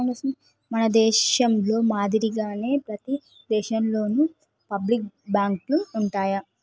మన దేశంలో మాదిరిగానే ప్రతి దేశంలోను పబ్లిక్ బాంకులు ఉంటాయి